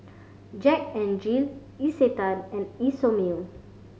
Jack N Jill Isetan and Isomil